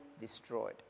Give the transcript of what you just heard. destroyed